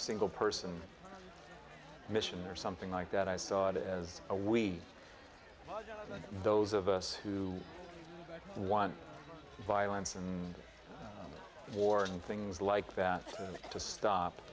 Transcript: single person mission or something like that i saw it as a we all know those of us who one violence and war and things like that to stop